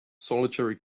solitary